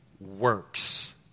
works